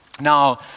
Now